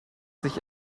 sich